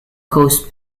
coast